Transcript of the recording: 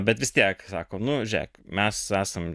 bet vis tiek sako nu žėk mes esam